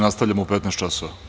Nastavljamo u 15.00 časova.